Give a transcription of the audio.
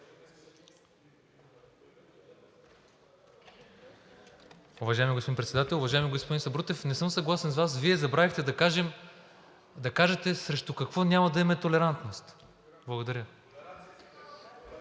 Уважаеми господин Председател! Уважаеми господин Сабрутев, не съм съгласен с Вас. Вие забравихте да кажете срещу какво няма да имаме толерантност. Благодаря.